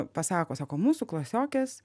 pasako sako mūsų klasiokės